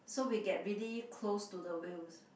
so we get really close to the whales